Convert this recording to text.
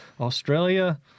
Australia